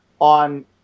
on